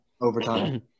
Overtime